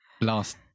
last